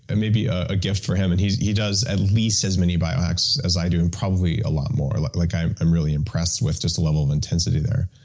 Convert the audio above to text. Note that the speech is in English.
and a gift for him. and he he does, at least as many bio-hacks as i do, and probably a lot more. like i'm i'm really impressed with just the level of intensity there.